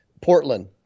Portland